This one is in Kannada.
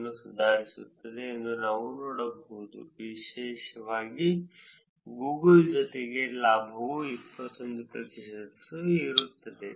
ಸಾಮಾನ್ಯವಾಗಿ ಫಲಿತಾಂಶಗಳನ್ನು ಕೋಷ್ಟಕ 2 ರಲ್ಲಿನ ಫಲಿತಾಂಶಗಳೊಂದಿಗೆ ಹೋಲಿಸಿದಾಗ ಪರಿಷ್ಕರಣೆಯು ಮಾದರಿಯ ನಿಖರತೆಯನ್ನು ಸುಧಾರಿಸುತ್ತದೆ ಎಂದು ನಾವು ನೋಡುತ್ತೇವೆ ವಿಶೇಷವಾಗಿ ಗೂಗಲ್ ಜೊತೆಗೆ ಲಾಭವು 21 ಪ್ರತಿಶತದಷ್ಟು ಇರುತ್ತದೆ